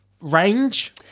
range